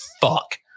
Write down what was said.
fuck